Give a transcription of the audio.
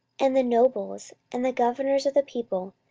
and the nobles, and the governors of the people,